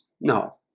No